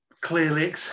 clearly